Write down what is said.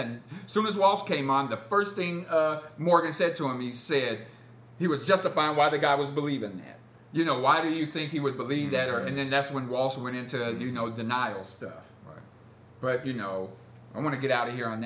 then some as well came on the first thing morgan said to him he said he was justifying why the guy was believing that you know why do you think he would believe that or and then that's when we also went into you know denial stuff but you know i want to get out of here on